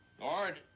Lord